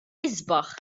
isbaħ